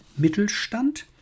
Mittelstand